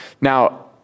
Now